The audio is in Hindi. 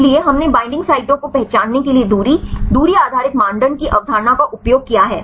इसलिए हमने बाइंडिंग साइटों को पहचानने के लिए दूरी दूरी आधारित मानदंड की अवधारणा का उपयोग किया है